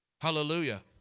Hallelujah